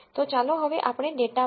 તો ચાલો હવે આપણે ડેટા વાંચીએ